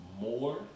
more